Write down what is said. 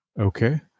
okay